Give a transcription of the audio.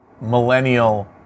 millennial